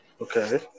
Okay